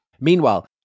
Meanwhile